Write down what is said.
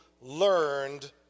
learned